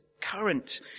current